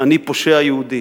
"אני פושע יהודי".